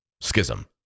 schism